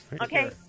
Okay